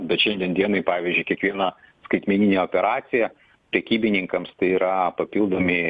bet šiandien dienai pavyzdžiui kiekviena skaitmeninė operacija prekybininkams tai yra papildomi